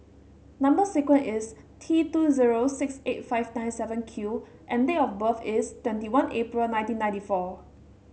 number sequence is T two zero six eight five nine seven Q and date of birth is twenty one April nineteen ninety four